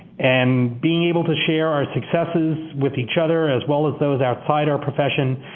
and being able to share our successes with each other as well as those outside our profession,